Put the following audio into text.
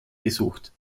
gesucht